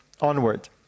onward